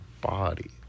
body